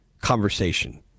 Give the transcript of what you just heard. conversation